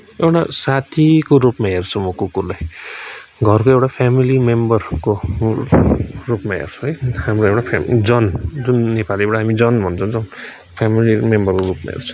एउटा साथीको रूपमा हेर्छु म कुकुरलाई घरको एउटा फेमिली मेम्बरको रूपमा हेर्छु है हाम्रो एउटा फेमिली जन जुन नेपालीबाट हामी जन भन्छौँ फेमिली मेम्बरको रूपमा हेर्छु